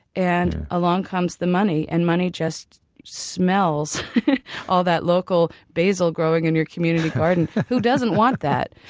and along comes the money, and money just smells all that local basil growing in your community garden. who doesn't want that?